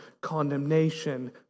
condemnation